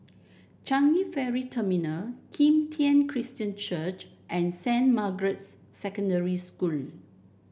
Changi Ferry Terminal Kim Tian Christian Church and Saint Margaret's Secondary School